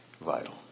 vital